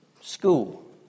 School